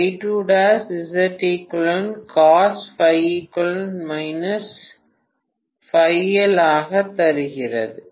அது தருகிறது